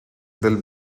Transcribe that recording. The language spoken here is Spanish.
del